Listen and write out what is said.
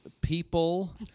people